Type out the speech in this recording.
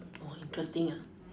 more interesting ah